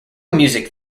music